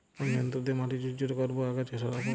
কোন যন্ত্র দিয়ে মাটি ঝুরঝুরে করব ও আগাছা সরাবো?